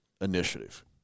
initiative